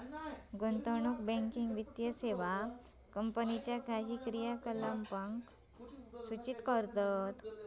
गुंतवणूक बँकिंग वित्तीय सेवा कंपनीच्यो काही क्रियाकलापांक सूचित करतत